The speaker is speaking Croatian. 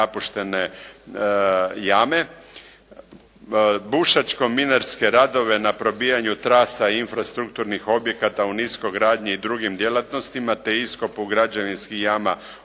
napuštene jame, bušačko minarske radove na probijanju trasa infrastrukturnih objekata u niskogradnji te drugim djelatnostima te iskopu građevinskih jama